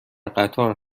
قطار